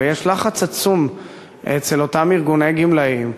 ויש לחץ עצום אצל אותם ארגוני גמלאים,